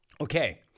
Okay